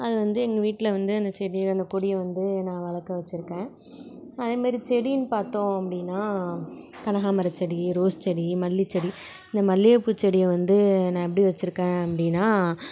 அது வந்து எங்கள் வீட்டில் வந்து அந்த செடியை அந்த கொடியை வந்து நான் வளர்க்க வச்சிருக்கேன் அதே மாதிரி செடின்னு பார்த்தோம் அப்படின்னா கனகாம்பரம் செடி ரோஸ் செடி மல்லி செடி இந்த மல்லிகைப்பூ செடியை வந்து நான் எப்படி வச்சிருக்கேன் அப்படின்னா